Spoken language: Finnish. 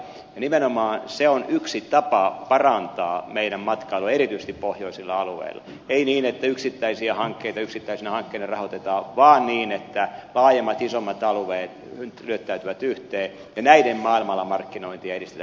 nimenomaan se on yksi tapa parantaa meidän matkailua erityisesti pohjoisilla alueilla ei niin että yksittäisiä hankkeita yksittäisinä hankkeina rahoitetaan vaan niin että laajemmat isommat alueet lyöttäytyvät yhteen ja näiden maailmalle markkinointia edistetään